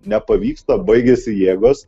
nepavyksta baigiasi jėgos